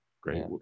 Great